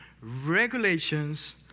regulations